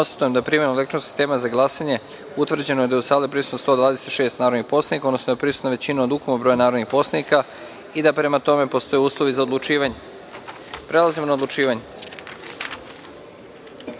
da je primenom elektronskog sistema za glasanjem utvrđeno da je u sali prisutno 126 narodnih poslanika, odnosno da je prisutna većina od ukupnog broja narodnih poslanika i da prema tome postoje uslovi za odlučivanje. Prelazimo na odlučivanje. Pošto